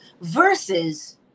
Versus